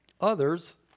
Others